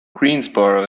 greensboro